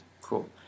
Cool